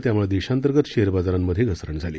त्यामुळे देशांतर्गत शेअर बाजारामधे घसरण झाली